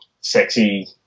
sexy